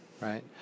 Right